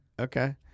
okay